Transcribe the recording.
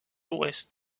oest